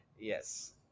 Yes